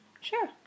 Sure